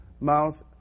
Mouth